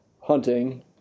hunting